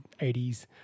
80s